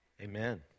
Amen